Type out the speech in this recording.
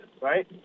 right